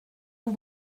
vos